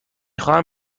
خواهم